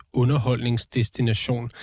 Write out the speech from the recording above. underholdningsdestination